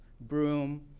broom